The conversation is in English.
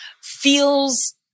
feels